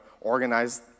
organize